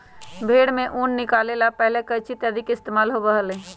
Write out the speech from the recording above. भेंड़ से ऊन निकाले ला पहले कैंची इत्यादि के इस्तेमाल होबा हलय